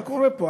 מה קורה פה?